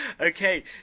Okay